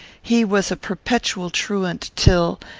he was a perpetual truant till,